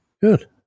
Good